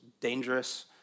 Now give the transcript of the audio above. dangerous